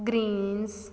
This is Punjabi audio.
ਗਰੀਨਜ